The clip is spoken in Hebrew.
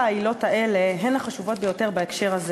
העילות האלה הן החשובות ביותר בהקשר הזה,